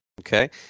Okay